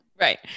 right